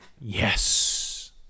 Yes